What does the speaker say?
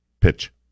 Pitch